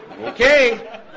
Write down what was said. Okay